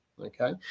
Okay